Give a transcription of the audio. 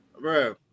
bro